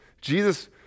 Jesus